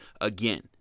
again